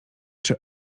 czy